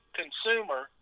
consumer